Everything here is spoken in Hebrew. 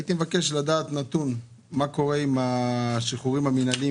הייתי מבקש לקבל נתון: מה קורה עם השחרורים המנהליים,